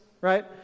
right